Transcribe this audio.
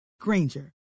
Granger